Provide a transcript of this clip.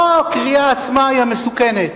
לא הקריאה עצמה היא המסוכנת,